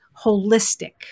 holistic